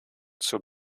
zur